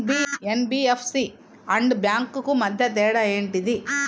NBFC and banks కు మధ్య తేడా ఏంటిది?